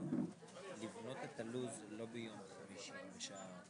את עונשו בכלא גם נקב עונשו והוא שוחרר על התנהגות טובה,